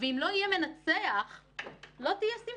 מכין דיגיטל, משתמש